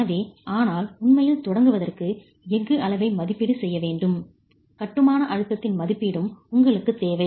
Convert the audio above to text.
எனவே ஆனால் உண்மையில் தொடங்குவதற்கு எஃகு அளவை மதிப்பீடு செய்ய வேண்டும் கட்டுமான அழுத்தத்தின் மதிப்பீடும் உங்களுக்குத் தேவை